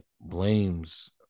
blames